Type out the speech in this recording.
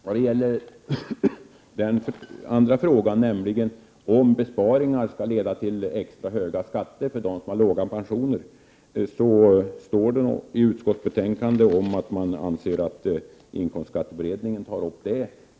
Vad gäller frågan om huruvida besparingar skall leda till extra höga skatter för dem som har låga pensioner står det i utskottsbetänkandet att RINK tar upp den.